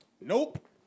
Nope